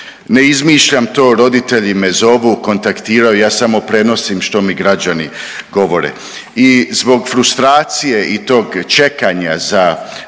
Ne izmišljam to, roditelji me zovu, kontaktiraju. Ja samo prenosim što mi građani govore. I zbog frustracije i tog čekanja za